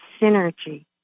synergy